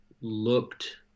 looked